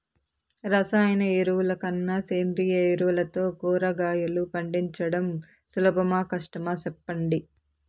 రసాయన ఎరువుల కన్నా సేంద్రియ ఎరువులతో కూరగాయలు పండించడం సులభమా కష్టమా సెప్పండి